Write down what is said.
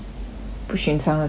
不寻常的超能力